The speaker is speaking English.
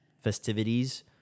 festivities